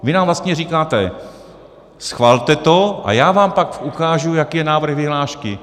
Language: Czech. Vy nám vlastně říkáte: schvalte to a já vám pak ukážu, jaký je návrh vyhlášky.